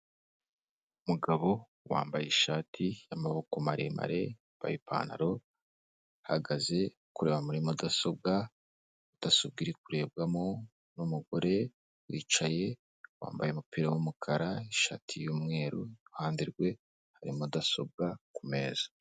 Umugabo wambaye ishati y'amaboko maremare, wambaye ipantaro, ahagaze ari kureba muri mudasobwa, mudasobwa iri kurebwamo n'umugore wicaye, wambaye umupira w'umukara, ishati y'umweru, iruhande rwe hari mudasobwa ku meza.